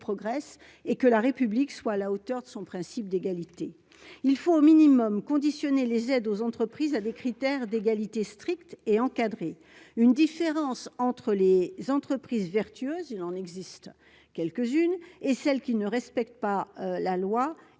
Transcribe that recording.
progresse et que la République soit à la hauteur de son principe d'égalité, il faut au minimum conditionner les aides aux entreprises à des critères d'égalité stricte et encadrée, une différence entre les entreprises vertueuses, il en existe quelques-unes et celles qui ne respectent pas la loi